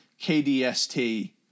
KDST